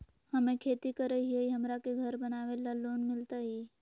हमे खेती करई हियई, हमरा के घर बनावे ल लोन मिलतई?